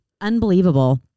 unbelievable